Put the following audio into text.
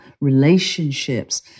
relationships